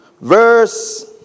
verse